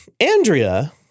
Andrea